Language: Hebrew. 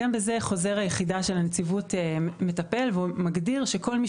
גם בזה חוזר היחידה של הנציבות מטפל ומגדיר שכל מי